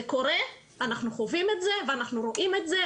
זה קורה, אנחנו חווים את זה ואנחנו רואים את זה.